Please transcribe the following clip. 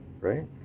right